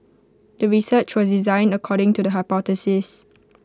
the research was designed according to the hypothesis